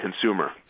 consumer